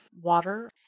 water